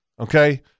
okay